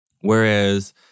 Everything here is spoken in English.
Whereas